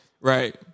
Right